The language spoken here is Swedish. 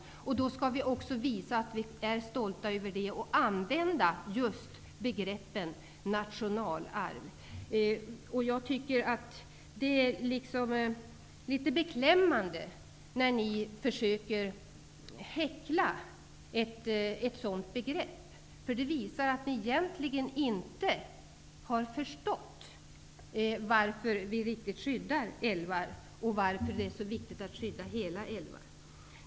Vi skall visa att vi är stolta över dessa älvar och använda begreppet nationalarv om dem. Det är litet beklämmande när ni försöker ifrågasätta detta begrepp. Det visar att ni egentligen inte har förstått varför vi vill skydda älvar och varför det är så viktigt att skydda hela älvar.